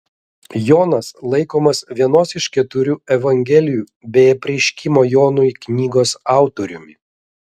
jonas laikomas vienos iš keturių evangelijų bei apreiškimo jonui knygos autoriumi